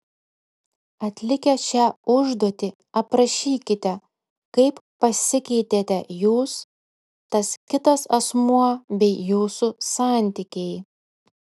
atlikę šią užduotį aprašykite kaip pasikeitėte jūs tas kitas asmuo bei jūsų santykiai